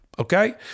Okay